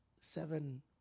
seven